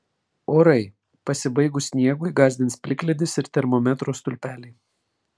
orai pasibaigus sniegui gąsdins plikledis ir termometro stulpeliai